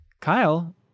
Kyle